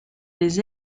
les